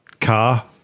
car